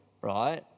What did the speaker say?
right